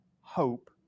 hope